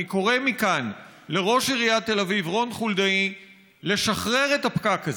אני קורא מכאן לראש עיריית תל אביב רון חולדאי לשחרר את הפקק הזה,